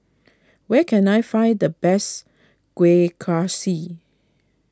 where can I find the best Kueh Kaswi